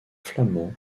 flamands